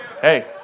hey